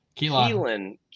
Keelan